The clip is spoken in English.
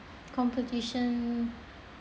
competition